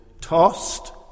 tossed